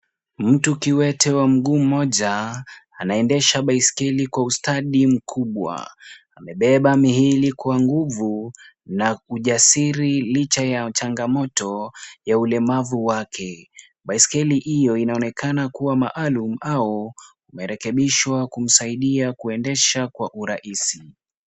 Mtu kiwete wa mguu mmoja, anaendesha baiskeli kwa ustadi mkubwa. Amebeba miili kwa nguvu na ujasiri licha ya changamoto ya ulemavu wake. Baiskeli hiyo inaonekana kuwa maalum au imerekebishwa kumsaidia kuendesha kwa urahisi.